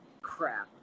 crap